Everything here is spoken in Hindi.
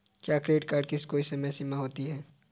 क्या क्रेडिट कार्ड की कोई समय सीमा होती है?